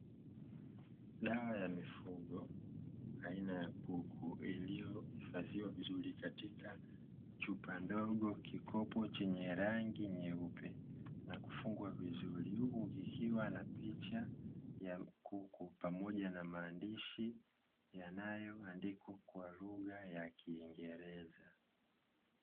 Dawa ya mifugo aina ya kuku, iliyohifadhiwa vizuri katika chupa ndogo, kikopo chenye rangi nyeupe na kufungwa vizuri; huku kikiwa na picha ya kuku pamoja na maandishi yanayoandikwa kwa lugha ya kiingereza.